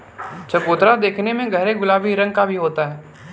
चकोतरा देखने में गहरे गुलाबी रंग का भी होता है